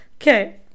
Okay